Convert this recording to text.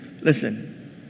Listen